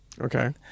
Okay